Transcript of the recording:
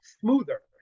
smoother